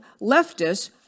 leftists